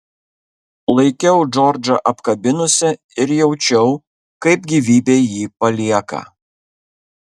laikiau džordžą apkabinusi ir jaučiau kaip gyvybė jį palieka